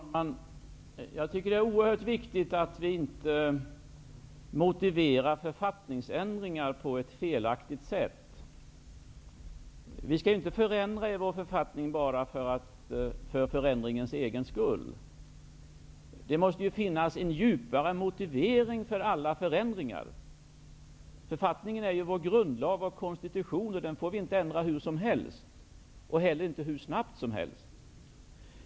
Fru talman! Jag anser att det är oerhört viktigt att vi inte motiverar författningsändringar på ett felaktigt sätt. Vi skall inte förändra i vår författning bara för förändringens egen skull. Det måste finnas en djupare motivering för alla förändringar. Författningen är ju vår grundlag och vår konstitution, och den får vi inte ändra hur som helt och inte heller hur snabbt som helst.